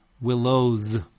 willows